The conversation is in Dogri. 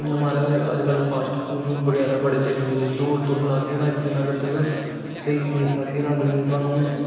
इयां महाराज अजकल फास्ट फूड बड़े चली पेदे दौड़ तुस लागे ना इक दिन स्हेई नेईं खाते अगले दिन थुहानू चली पेदे दौड़ तुस लागे ना इक दिन स्हेई नेईं खागे ते अगले दिन गैरा बडे़हानू